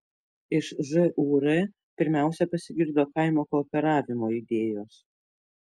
iš žūr pirmiausia pasigirdo kaimo kooperavimo idėjos